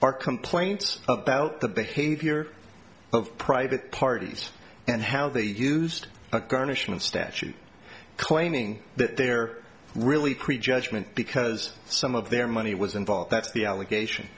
are complaints about the behavior of private parties and how they used the statute claiming that there really prejudgment because some of their money was involved that's the allegation